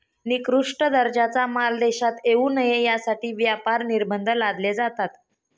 निकृष्ट दर्जाचा माल देशात येऊ नये यासाठी व्यापार निर्बंध लादले जातात